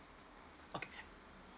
okay